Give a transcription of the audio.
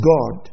God